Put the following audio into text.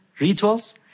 rituals